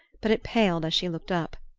but it paled as she looked up.